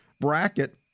bracket